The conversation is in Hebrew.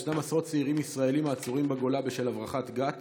יש עשרות צעירים ישראלים העצורים בגולה בשל הברחת גת,